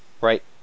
Right